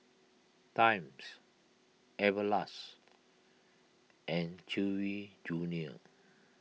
Times Everlast and Chewy Junior